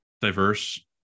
diverse